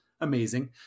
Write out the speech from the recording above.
amazing